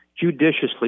judiciously